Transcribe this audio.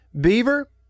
Beaver